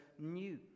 new